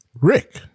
Rick